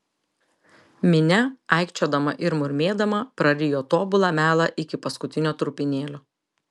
minia aikčiodama ir murmėdama prarijo tobulą melą iki paskutinio trupinėlio